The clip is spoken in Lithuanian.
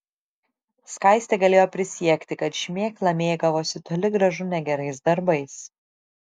skaistė galėjo prisiekti kad šmėkla mėgavosi toli gražu ne gerais darbais